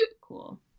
cool